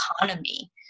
economy